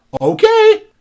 Okay